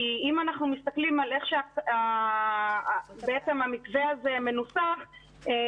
כי אם אנחנו מסתכלים על איך שבעצם המתווה הזה מנוסח הוא